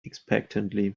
expectantly